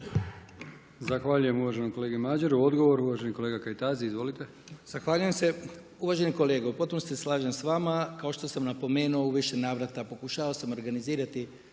Zahvaljujem uvaženom kolegi Madjeru. Odgovor uvaženi kolega Kajtazi. Izvolite. **Kajtazi, Veljko (Nezavisni)** Zahvaljujem se. Uvaženi kolega, u potpunosti se slažem s vama kao što sam napomenuo u više navrata. Pokušao sam organizirati